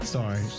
Sorry